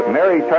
Mary